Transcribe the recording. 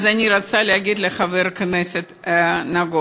אז אני רוצה להגיד לחבר הכנסת נגוסה,